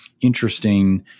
interesting